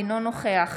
אינו נוכח